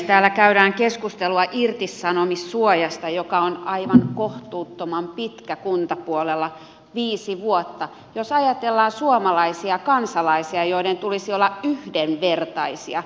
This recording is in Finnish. täällä käydään keskustelua irtisanomissuojasta joka on aivan kohtuuttoman pitkä kuntapuolella viisi vuotta jos ajatellaan suomalaisia kansalaisia joiden tulisi olla yhdenvertaisia